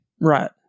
Right